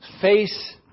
face